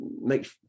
make